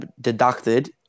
deducted